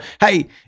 hey